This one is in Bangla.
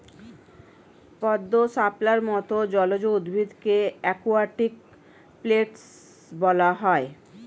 পদ্ম, শাপলার মত জলজ উদ্ভিদকে অ্যাকোয়াটিক প্ল্যান্টস বলা হয়